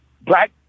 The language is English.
black